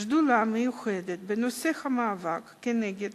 שדולה מיוחדת בנושא המאבק כנגד